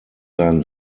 sein